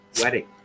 wedding